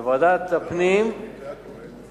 ועדת הפנים תנהל,